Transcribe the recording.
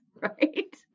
Right